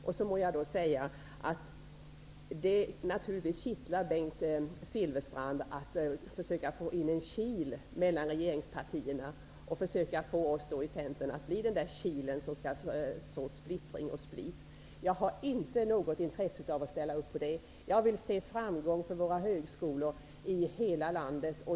Jag måste säga att det naturligtvis kittlar Bengt Silfverstrand att försöka få in en kil mellan regeringspartierna och att försöka få oss i Centern att bli den kil som skall så splittring och split. Jag har inte något intresse av att ställa upp på det. Jag vill se framgång för våra högskolor i hela landet.